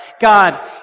God